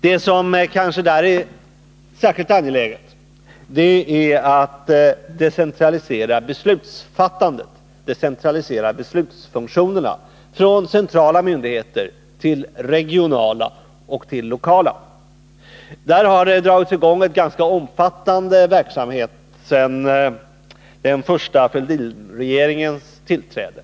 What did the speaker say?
Det som i detta sammanhang är särskilt angeläget är att vi får till stånd en decentralisering av beslutsfattandet — en decentralisering av beslutsfunktionerna från centrala myndigheter till regionala och lokala sådana. Det har på detta område dragits i gång en ganska omfattande verksamhet sedan den första Fälldinregeringens tillträde.